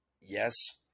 yes